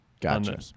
gotcha